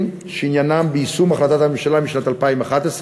שעניינם ביישום החלטת הממשלה משנת 2011,